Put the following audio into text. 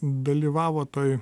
dalyvavo toj